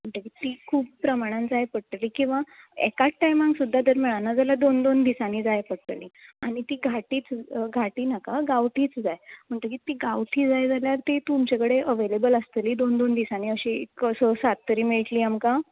म्हणटगेर तीं खूब प्रमाणान जाय पडटलीं किवां एकात टाय्माक सुद्दां जर मेळना जाल्यार दोन दोन दिसानी जाय पडटलीं आनी तीं घाटीच घाटीं नाका गांवटीक जाय म्हणटगेर तीं गांवटी जाय जाल्यार तीं तुमचे कडेन अवॅयलेबल आसतली दोन दोन दिसांनी अशी एक स सात तरी मेळटली आमकां